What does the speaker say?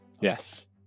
Yes